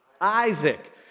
Isaac